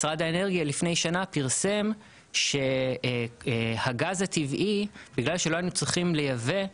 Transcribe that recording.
לפני שנה משרד האנרגיה פרסם שבגלל שלא היינו צריכים לייבא,